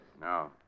no